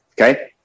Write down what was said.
Okay